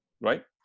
right